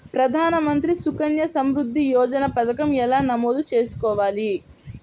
ప్రధాన మంత్రి సుకన్య సంవృద్ధి యోజన పథకం ఎలా నమోదు చేసుకోవాలీ?